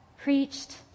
preached